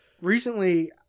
recently